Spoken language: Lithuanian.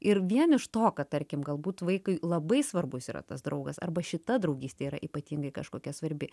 ir vien iš to kad tarkim galbūt vaikui labai svarbus yra tas draugas arba šita draugystė yra ypatingai kažkokia svarbi